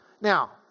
now